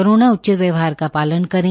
corona उचित व्यवहार का पालन करें